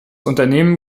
unternehmen